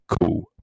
cool